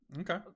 Okay